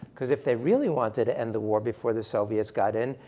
because if they really wanted to end the war before the soviets got in,